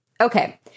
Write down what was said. Okay